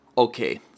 Okay